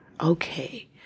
okay